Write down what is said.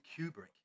Kubrick